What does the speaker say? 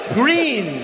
green